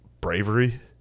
bravery